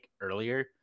earlier